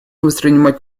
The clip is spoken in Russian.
воспринимать